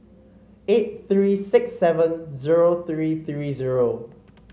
eight three six seven zero three three zero